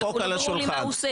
לא ראוי להעביר אותם